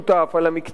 על המקצוע,